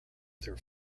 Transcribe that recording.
their